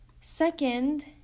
Second